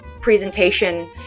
presentation